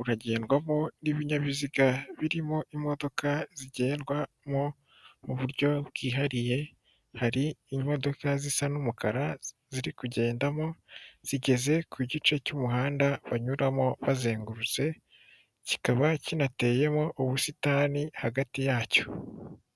uragendwamo n'ibinyabiziga birimo imodoka zigendwamo mu buryo bwihariye, hari imodoka zisa n'umukara ziri kugendamo, zigeze ku gice cy'umuhanda banyuramo bazengurutse, kikaba kinateyemo ubusitani hagati yacyo.